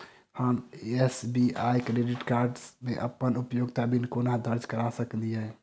हम SBI credit card मे अप्पन उपयोगिता बिल केना दर्ज करऽ सकलिये?